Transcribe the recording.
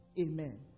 Amen